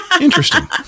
interesting